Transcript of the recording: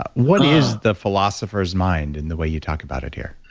what is the philosopher's mind in the way you talk about it here?